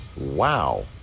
Wow